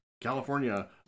California